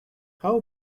how